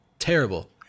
terrible